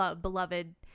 beloved